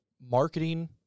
marketing